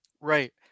Right